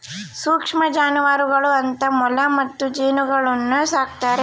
ಸೂಕ್ಷ್ಮ ಜಾನುವಾರುಗಳು ಅಂತ ಮೊಲ ಮತ್ತು ಜೇನುನೊಣಗುಳ್ನ ಸಾಕ್ತಾರೆ